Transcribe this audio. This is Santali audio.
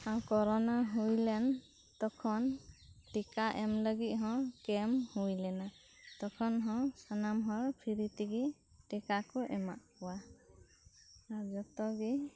ᱠᱚᱨᱳᱱᱟ ᱦᱳᱭ ᱞᱮᱱ ᱛᱚᱠᱷᱚᱱ ᱴᱤᱠᱟ ᱮᱢ ᱞᱟᱹᱜᱤᱫ ᱦᱚᱸ ᱠᱮᱢᱯ ᱦᱳᱭ ᱞᱮᱱᱟ ᱛᱚᱠᱷᱚᱱ ᱦᱚᱸ ᱥᱟᱱᱟᱢ ᱦᱚᱲ ᱯᱷᱨᱤᱛᱮᱜᱮ ᱴᱤᱠᱟ ᱠᱚ ᱮᱢᱟᱫ ᱠᱚᱣᱟ ᱟᱨ ᱡᱷᱚᱛᱚᱜᱮ